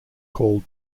call